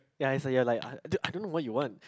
ya it's like you're like I I don't know what you want